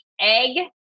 egg